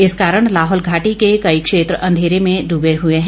इस कारण लाहौल घाटी के कई क्षेत्र अंधेरे में डुबे हए हैं